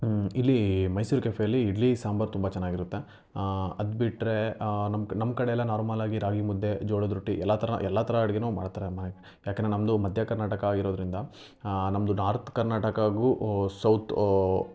ಇಲ್ಲಿ ಮೈಸೂರ್ ಕೆಫೆಯಲ್ಲಿ ಇಡ್ಲಿ ಸಾಂಬಾರು ತುಂಬ ಚೆನ್ನಾಗಿರುತ್ತೆ ಅದು ಬಿಟ್ಟರೆ ನಮ್ಮ ನಮ್ಮ ಕಡೆ ಎಲ್ಲ ನಾರ್ಮಲ್ಲಾಗಿ ರಾಗಿ ಮುದ್ದೆ ಜೋಳದ ರೊಟ್ಟಿ ಎಲ್ಲ ಥರನೂ ಎಲ್ಲ ಥರ ಅಡಿಗೆನೂ ಮಾಡ್ತಾರೆ ಮ ಯಾಕಂದರೆ ನಮ್ಮದು ಮಧ್ಯ ಕರ್ನಾಟಕ ಆಗಿರೋದರಿಂದ ನಮ್ಮದು ನಾರ್ತ್ ಕರ್ನಾಟಕಗೂ ಸೌತ್